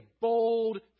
bold